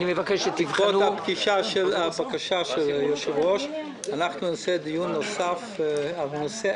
לאור הבקשה של היושב-ראש אנחנו נעשה דיון נוסף על הנושא,